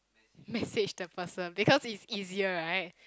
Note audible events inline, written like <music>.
message <laughs> the person because it's easier right